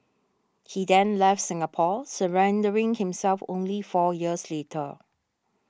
he then left Singapore surrendering himself only four years later